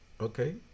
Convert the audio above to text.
Okay